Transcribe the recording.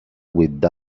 with